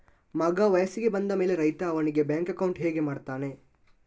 ಮಗ ವಯಸ್ಸಿಗೆ ಬಂದ ಮೇಲೆ ರೈತ ಅವನಿಗೆ ಬ್ಯಾಂಕ್ ಅಕೌಂಟ್ ಹೇಗೆ ಮಾಡ್ತಾನೆ?